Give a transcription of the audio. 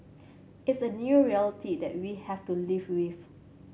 it's a new reality that we have to live with